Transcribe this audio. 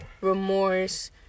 Remorse